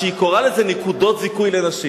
והיא קוראת לזה נקודות זיכוי של נשים.